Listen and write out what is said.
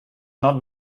not